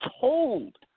told